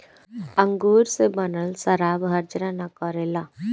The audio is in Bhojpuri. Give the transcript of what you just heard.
अंगूर से बनल शराब हर्जा ना करेला